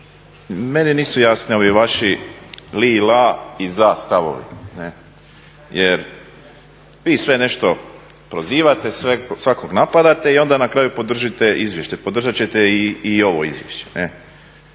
meni nisu jasni ovi vaši li la i za stavovi. Ne? Jer vi sve nešto prozivate, svakog napadate i onda na kraju podržite izvještaj. Podržat ćete i ovo izvješće.